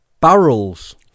barrels